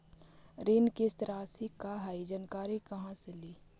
ऋण किस्त रासि का हई जानकारी कहाँ से ली?